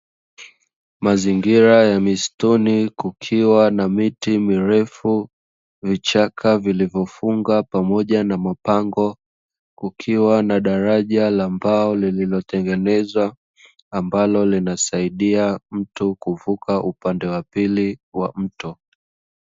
Mazingira ya misituni kukiwa na miti mirefu, vichaka vilivofunga pamoja na mpango, kukiwa na daraja la mbao lililotengenezwa, ambalo linasaidia mtu kuvuka upande wa pili wa mto.